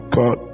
God